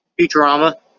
Futurama